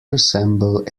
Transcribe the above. resemble